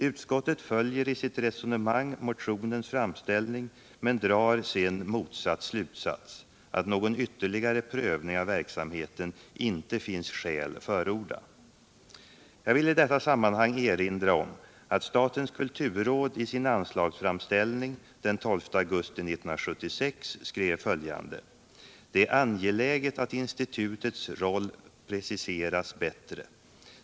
Utskottet följer i sitt resonemang motionens framställning men drar sedan motsatt slutsats: att det inte finns skäl förorda någon ytterligare prövning av verksamheten. Jag vill i detta sammanhang erinra om att statens kulturråd i sin anslagsframställning den 12 augusti 1976 skrev följande: ”Det är angeläget att institutets roll preciseras bättre.